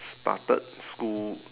started school